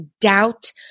doubt